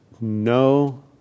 no